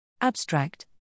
Abstract